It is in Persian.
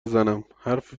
بزنم، حرف